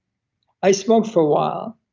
i smoked for a while,